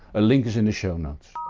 a link is in the show notes.